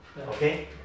Okay